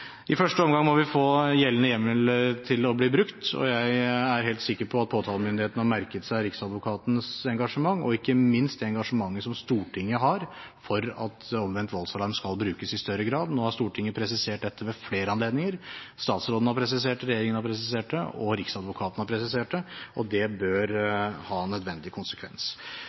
I første omgang må vi få gjeldende hjemmel til å bli brukt. Jeg er helt sikker på at påtalemyndigheten har merket seg Riksadvokatens engasjement – og ikke minst det engasjementet som Stortinget har – for at omvendt voldsalarm skal brukes i større grad. Nå har Stortinget ved flere anledninger presisert dette, statsråden har presisert det, regjeringen har presisert det, og Riksadvokaten har presisert det. Det bør få nødvendig konsekvens.